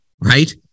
right